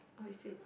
oh is it